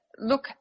look